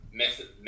method